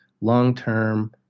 long-term